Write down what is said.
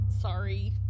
Sorry